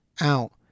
out